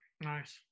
nice